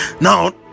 Now